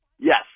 Yes